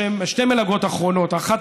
שתי המלגות האחרונות: האחת,